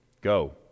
Go